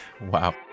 Wow